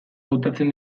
hautatzen